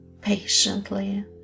patiently